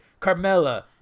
Carmella